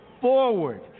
forward